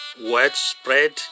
widespread